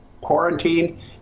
quarantine